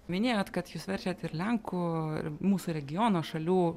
minėjot kad jūs verčiat ir lenkų ir mūsų regiono šalių